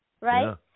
Right